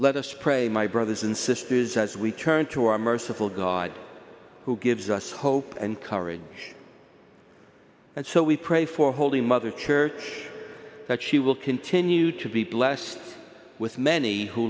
let us pray my brothers and sisters as we turn to our merciful god who gives us hope and courage and so we pray for holy mother church that she will continue to be blessed with many who